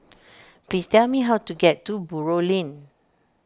please tell me how to get to Buroh Lane